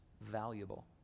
valuable